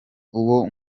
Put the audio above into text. uwo